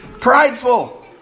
prideful